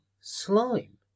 Slime